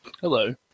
Hello